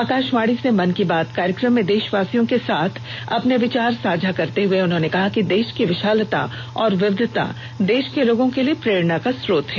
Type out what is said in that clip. आकाशवाणी से मन की बात कार्यक्रम में देशवासियों के साथ अपने विचार साझा करते हुए उन्होंने कहा कि देश की विशालता और विविधता देश के लोगों के लिए प्रेरणा का स्रोत है